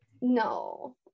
no